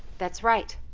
that's right!